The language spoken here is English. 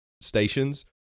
stations